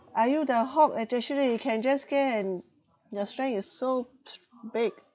are you the hawk you can just scare and your strength is so big